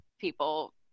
people